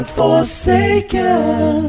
forsaken